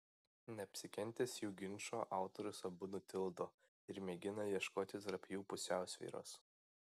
neapsikentęs jų ginčo autorius abu nutildo ir mėgina ieškoti tarp jų pusiausvyros